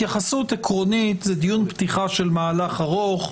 התייחסות עקרונית, זה דיון פתיחה של מהלך ארוך.